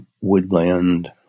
woodland